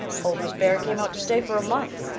old miss barry came out to stay for a month,